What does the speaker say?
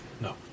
No